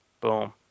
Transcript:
Boom